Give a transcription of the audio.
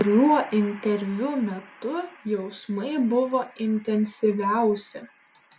kuriuo interviu metu jausmai buvo intensyviausi